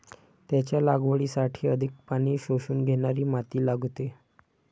त्याच्या लागवडीसाठी अधिक पाणी शोषून घेणारी माती लागते